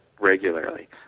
regularly